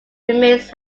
remains